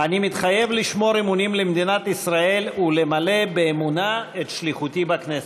"אני מתחייב לשמור אמונים למדינת ישראל ולמלא באמונה את שליחותי בכנסת".